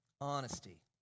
honesty